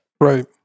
Right